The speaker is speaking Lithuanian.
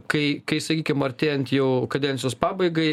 kai kai sakykim artėjant jau kadencijos pabaigai